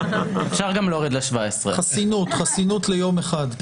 חסינות ליום אחד.